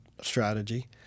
strategy